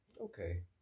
okay